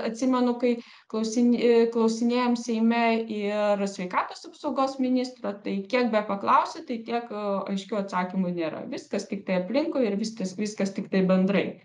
atsimenu kai klausin ė klausinėjom seime ir sveikatos apsaugos ministro tai kiek be paklausi tai tiek aiškių atsakymų nėra viskas kaip ir aplinkui ir viskas viskas tiktai bendrai